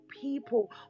people